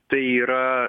tai yra